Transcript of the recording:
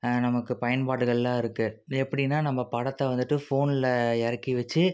நமக்கு பயன்பாடுகளெலாம் இருக்குது எப்படின்னா நம்ம படத்தை வந்துட்டு ஃபோனில் இறக்கி வச்சு